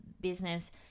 business